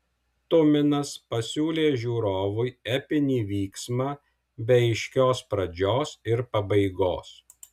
tuminas pasiūlė žiūrovui epinį vyksmą be aiškios pradžios ir pabaigos